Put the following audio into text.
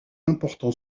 important